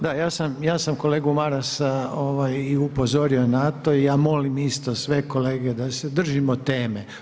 Da, ja sam kolegu Marasa i upozorio na to i ja molim isto sve kolege da se držimo teme.